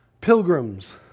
pilgrims